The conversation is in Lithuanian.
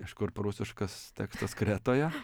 iš kur prūsiškas tekstas kretoje